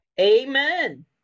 Amen